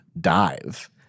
dive